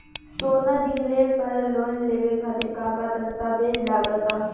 सोना दिहले पर लोन लेवे खातिर का का दस्तावेज लागा ता?